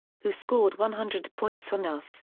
who scored one hundred points on us.